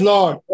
Lord